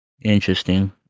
Interesting